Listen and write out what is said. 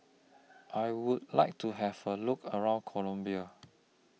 I Would like to Have A Look around Colombia